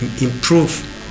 improve